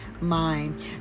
mind